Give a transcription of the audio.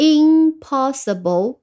impossible